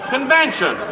Convention